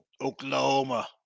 Oklahoma